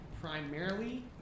primarily